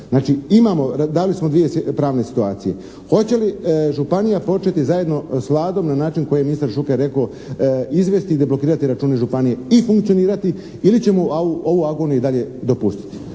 Znači imamo, dali smo dvije pravne situacije. Hoće li županija početi zajedno s Vladom na način koji je ministar Šuker rekao izvesti i deblokirati račune županije i funkcionirati ili ćemo ovu agoniju i dalje dopustiti?